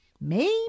Maybe